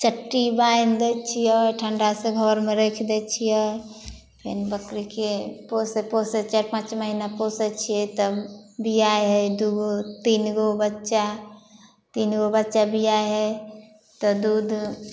चट्टी बाॅंधि दै छियै ठंडा से घरमे राखि दै छियै फेन बकरीके पोस पोसै चारि पाँच महीना पोसै छियै तब बिआए हइ दूगो तीनगो बच्चा तीनगो बच्चा बिआए हइ तऽ दूध